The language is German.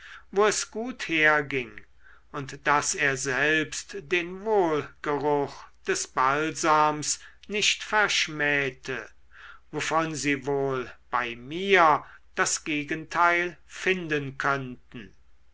wo es gut herging und daß er selbst den wohlgeruch des balsams nicht verschmähte wovon sie wohl bei mir das gegenteil finden könnten